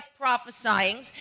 prophesying